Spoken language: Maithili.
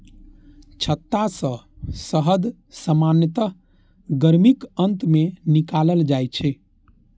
छत्ता सं शहद सामान्यतः गर्मीक अंत मे निकालल जाइ छै